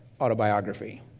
autobiography